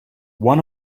one